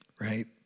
right